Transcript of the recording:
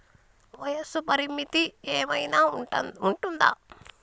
వయస్సు పరిమితి ఏమైనా ఉంటుందా?